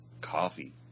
coffee